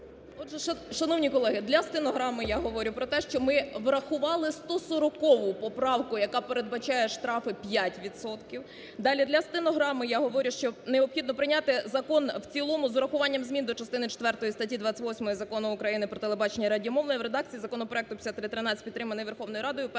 Отже, шановні колеги, для стенограми я говорю про те, що ми врахували 140 поправку, яка передбачає штрафи в 5 відсотків. Далі, для стенограми я говорю, що необхідно прийняти закон в цілому, з урахуванням змін до частини четвертої статті 28 Закону України "Про телебачення і радіомовлення" в редакції законопроекту 5313, підтриманий Верховною Радою